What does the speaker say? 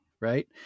Right